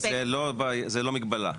לא, זה לא מגבלה.